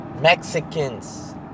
Mexicans